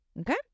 Okay